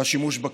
בשימוש בכלי.